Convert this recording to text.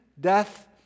death